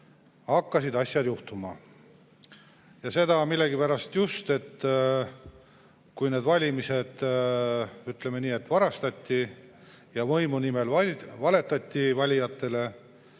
hakkasid asjad juhtuma. Seda millegipärast just, et kui need valimised, ütleme nii, varastati ja võimu nimel valetati valijatele,